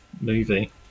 movie